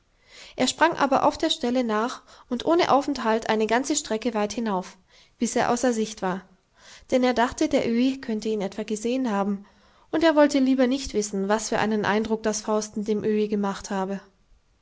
er sprang aber auf der stelle nach und ohne aufenthalt eine ganze strecke weit hinauf bis er außer sicht war denn er dachte der öhi könnte ihn etwa gesehen haben und er wollte lieber nicht wissen was für einen eindruck das fausten dem öhi gemacht habe